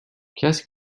کسی